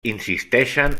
insisteixen